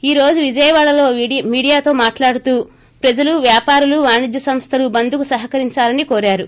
ఈ రోజు విజయవాడలో మీడియాతో మాట్లాడుతూ ప్రజలు వ్యాపారులు వాణిజ్యసంస్థలు బంద్కు సహకరించాలని కోరారు